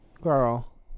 Girl